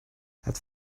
het